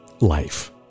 life